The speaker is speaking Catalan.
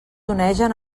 onegen